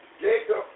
Jacob